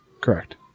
Correct